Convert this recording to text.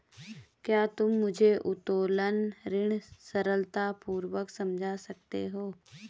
क्या तुम मुझे उत्तोलन ऋण सरलतापूर्वक समझा सकते हो?